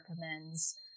recommends